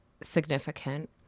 Significant